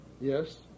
Yes